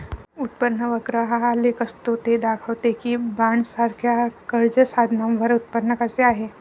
उत्पन्न वक्र हा आलेख असतो ते दाखवते की बॉण्ड्ससारख्या कर्ज साधनांवर उत्पन्न कसे आहे